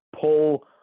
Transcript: pull